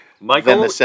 Michael